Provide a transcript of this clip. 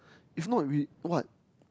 if not we what